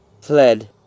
fled